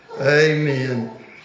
amen